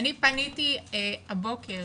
אני פניתי הבוקר